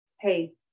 Hey